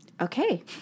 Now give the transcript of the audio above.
Okay